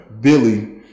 Billy